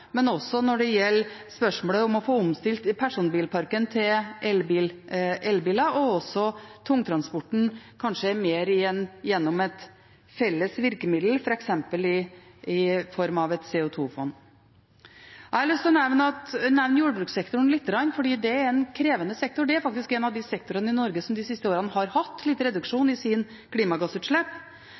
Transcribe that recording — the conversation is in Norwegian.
men også når det gjelder spørsmålet om å få omstilt personbilparken til elbiler, og også tungtransporten kanskje mer, gjennom et felles virkemiddel, f.eks. i form av et CO 2 -fond. Jeg har lyst til å nevne jordbrukssektoren lite grann, fordi det er en krevende sektor. Det er faktisk en av de sektorene i Norge som de siste årene har hatt litt reduksjon i sine klimagassutslipp.